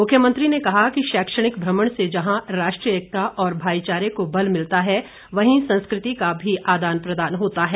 मुख्यमंत्री ने कहा कि शैक्षणिक भ्रमण से जहां राष्ट्रीय एकता और भाई चारे को बल मिलता है वहीं संस्कृति का भी आदान प्रदान होता है